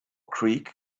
creek